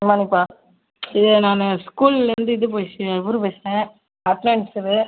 குட்மார்னிங்ப்பா இது நான் ஸ்கூல்லேந்து இது பேசுகிறேன் இவரு பேசுகிறேன் அட்னன்ஸரு